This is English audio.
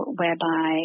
whereby